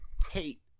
Tate